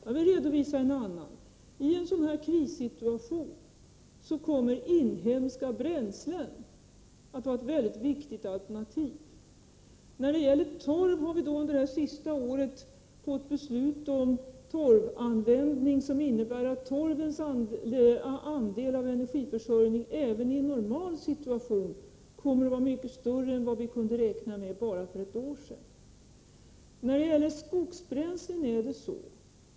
Jag vill redovisa en annan synpunkt. I en krissituation kommer inhemska bränslen att vara ett mycket viktigt alternativ. När det gäller torv har vi under det senaste året fått beslut om torvanvändning som innebär att torvens andel i energiförsörjningen, även i en normal situation, kommer att vara mycket större än vi kunde räkna med bara för ett år sedan.